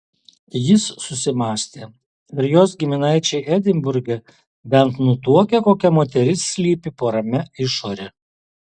jis susimąstė ar jos giminaičiai edinburge bent nutuokia kokia moteris slypi po ramia išore